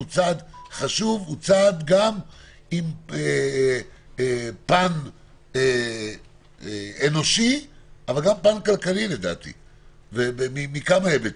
זה צעד עם פן אנושי אבל גם עם פן כלכלי מכמה היבטים.